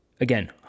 Again